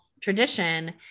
tradition